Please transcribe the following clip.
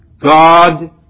God